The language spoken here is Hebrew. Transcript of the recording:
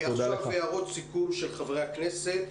עכשיו הערות סיכום של חברי הכנסת,